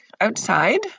outside